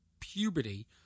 Puberty